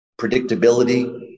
predictability